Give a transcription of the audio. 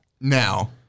Now